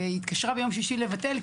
והתקשרה ביום שישי לבטל,